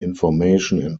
information